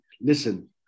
listen